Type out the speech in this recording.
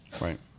Right